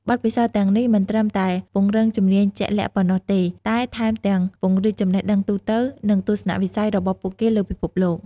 បទពិសោធន៍ទាំងនេះមិនត្រឹមតែពង្រឹងជំនាញជាក់លាក់ប៉ុណ្ណោះទេ តែថែមទាំងពង្រីកចំណេះដឹងទូទៅ និងទស្សនវិស័យរបស់ពួកគេលើពិភពលោក។